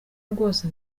rwose